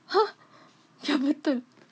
!huh! biar betul